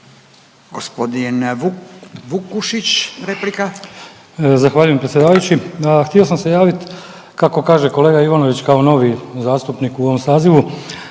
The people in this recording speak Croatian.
Hvala vam